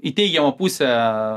į teigiamą pusę